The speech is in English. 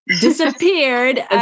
disappeared